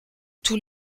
tous